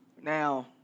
Now